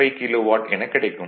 55 kilowatt எனக் கிடைக்கும்